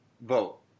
vote